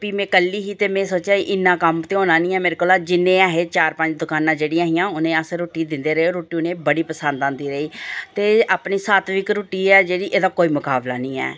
फ्ही में कल्ली ही ते मी सोचेआ इन्ना कम्म ते होना निं ऐ मेरे कोला जिन्ने ऐ हे चार पंज दकानां जेहड़ियां हियां उ'नें ई अस रुट्टी दिंदे रेह् रुट्टी उ'नें ई बड़ी पसंद औंदी रेही ते अपनी सात्विक रुट्टी ऐ जेह्ड़ी एह्दा कोई मुकाबला नेईं ऐ